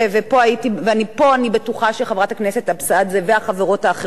ופה אני בטוחה שחברת הכנסת אבסדזה והחברות האחרות